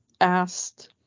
asked